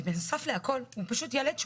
ובנוסף להכל הוא פשוט ילד שובב,